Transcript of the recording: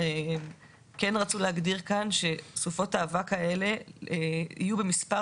כן רצו להגדיר כאן שסופות האבק האלה יהיו במספר